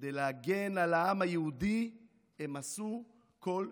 וכדי להגן על העם היהודי הם עשו כל שביכולתם.